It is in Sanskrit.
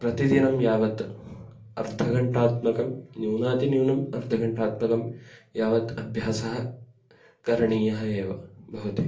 प्रतिदिनं यावत् अर्धघण्टात्मकं न्यूनातिन्यूनम् अर्धघण्टात्मकं यावत् अभ्यासः करणीयः एव भवति